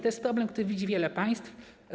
To jest problem, który widzi wiele państw.